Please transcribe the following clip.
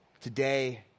Today